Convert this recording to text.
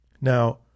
Now